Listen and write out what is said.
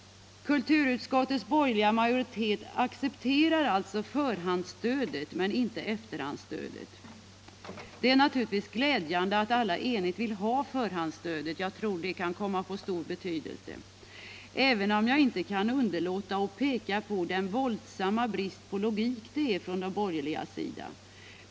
Kulturutskottets borgerliga majoritet accepterar alltså förhandsstödet men inte efterhandsstödet. Det är naturligtvis glädjande att alla enigt vill ha förhandsstöd — jag tror att det kan komma att få stor betydelse — men jag kan inte underlåta att peka på den våldsamma brist på logik det innebär från de borgerligas sida.